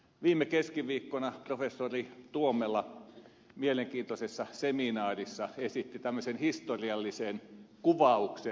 viime keskiviikkona professori tuomela mielenkiintoisessa seminaarissa esitti tämmöisen historiallisen kuvauksen